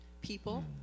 people